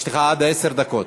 יש לך עד עשר דקות.